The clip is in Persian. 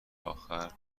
آزگار